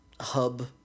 hub